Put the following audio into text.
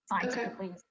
scientifically